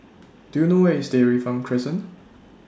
Do YOU know Where IS Dairy Farm Crescent